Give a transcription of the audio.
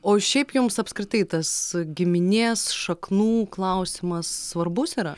o šiaip jums apskritai tas giminės šaknų klausimas svarbus yra